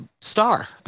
star